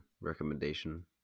recommendation